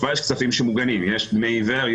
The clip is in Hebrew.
יש כספים מוגנים יש דמי עיוור,